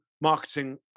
marketing